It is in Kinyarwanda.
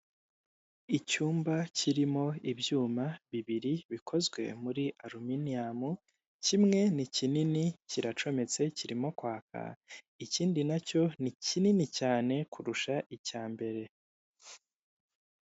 Icyumba kirimo ibyuma bibiri bikozwe muri aruminiyamu: kimwe ni kinini kiracometse kirimo kwaka, ikindi nacyo ni kinini cyane kurusha icya mbere.